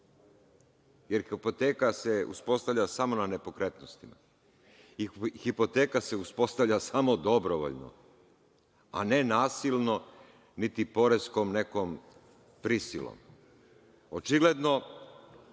jer hipoteka se uspostavlja samo na nepokretnostima. Hipoteka se uspostavlja samo dobrovoljno, a ne nasilno niti poreskom nekom prisilom. Očigledno,